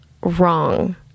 wrong